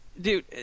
Dude